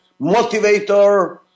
motivator